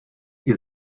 ihr